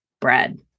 bread